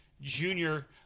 junior